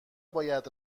باید